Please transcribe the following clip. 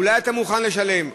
אולי אתה מוכן לשלם,